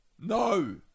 no